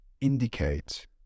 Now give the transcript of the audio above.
indicate